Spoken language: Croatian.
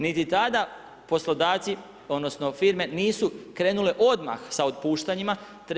Niti tada poslodavci odnosno firme nisu krenule odmah sa otpuštanjima.